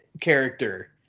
character